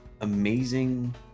amazing